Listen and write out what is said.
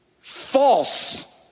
false